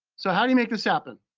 so how do you make this happen?